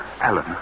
Alan